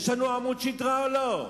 יש לנו עמוד שדרה או לא?